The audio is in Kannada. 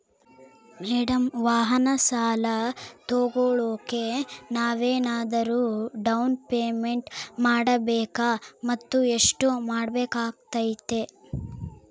ಮೇಡಂ ವಾಹನ ಸಾಲ ತೋಗೊಳೋಕೆ ನಾವೇನಾದರೂ ಡೌನ್ ಪೇಮೆಂಟ್ ಮಾಡಬೇಕಾ ಮತ್ತು ಎಷ್ಟು ಕಟ್ಬೇಕಾಗ್ತೈತೆ?